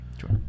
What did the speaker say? sure